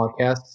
podcasts